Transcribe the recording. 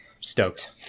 stoked